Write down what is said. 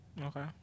Okay